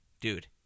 dude